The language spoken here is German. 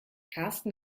karsten